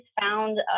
found